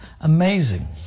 Amazing